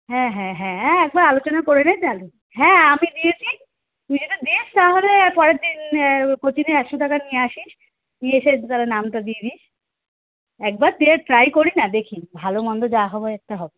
হ্যাঁ হ্যাঁ হ্যাঁ হ্যাঁ একবার আলোচনা করে নে তাহলে হ্যাঁ আমি দিয়েছি তুই যদি দিস তাহলে পরের দিন কোচিংয়ে একশো টাকা নিয়ে আসিস নিয়ে এসে তাহলে নামটা দিয়ে দিস একবার দে ট্রাই করি না দেখি ভালো মন্দ যা হবে একটা হবে